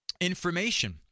information